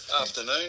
afternoon